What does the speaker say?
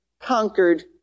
conquered